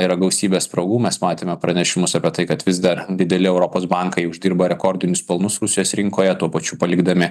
yra gausybė spragų mes matėme pranešimus apie tai kad vis dar dideli europos bankai uždirbo rekordinius pelnus rusijos rinkoje tuo pačiu palikdami